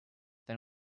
then